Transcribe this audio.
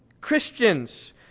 Christians